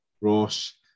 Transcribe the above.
Ross